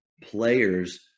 players